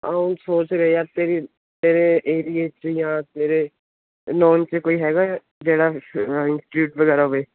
ਹੁਣ ਸੋਚ ਰਹੇ ਆ ਤੇਰੀ ਤੇਰੇ ਏਰੀਏ 'ਚ ਜਾਂ ਤੇਰੇ ਨਾਨ 'ਚ ਕੋਈ ਹੈਗਾ ਜਿਹੜਾ ਇੰਸਟੀਟਿਊਟ ਵਗੈਰਾ ਹੋਵੇ